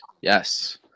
yes